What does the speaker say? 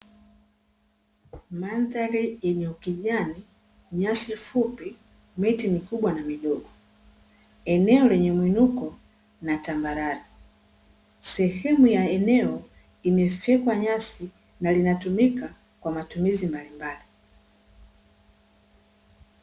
Mandhari yenye ukijani, nyasi fupi, miti mikubwa na midogo, eneo lenye muinuko na tambarare, sehemu ya eneo imefyekwa nyasi na linatumika kwa matumizi mbalimbali.